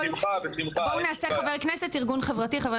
בואו נעשה חבר כנסת, ארגון חברתי.